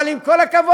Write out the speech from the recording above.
אבל עם כל הכבוד,